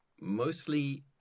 Mostly